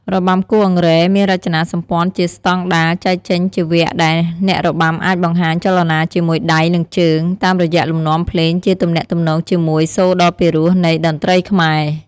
របាំគោះអង្រែមានរចនាសម្ព័ន្ធជាស្តង់ដារចែកចេញជាវគ្គដែលអ្នករបាំអាចបង្ហាញចលនាជាមួយដៃ និងជើង តាមរយៈលំនាំភ្លេងជាទំនាក់ទំនងជាមួយសូរដ៏ពិរោះនៃតន្ត្រីខ្មែរ។